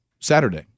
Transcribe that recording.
Saturday